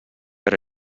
per